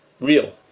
real